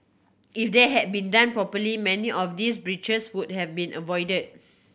if they had been done properly many of these breaches would have been avoided